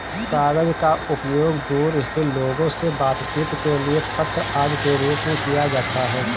कागज का उपयोग दूर स्थित लोगों से बातचीत के लिए पत्र आदि के रूप में किया जाता है